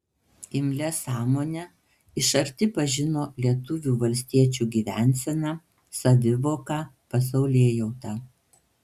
imlia sąmone iš arti pažino lietuvių valstiečių gyvenseną savivoką pasaulėjautą